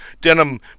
denim